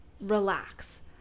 relax